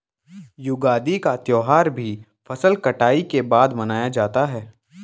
युगादि का त्यौहार भी फसल कटाई के बाद मनाया जाता है